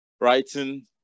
writing